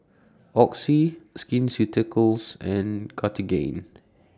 Oxy Skin Ceuticals and Cartigain